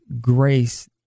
grace